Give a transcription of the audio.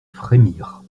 frémir